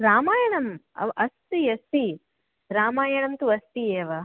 रामायणम् अ अस्ति अस्ति रामायणं तु अस्ति एव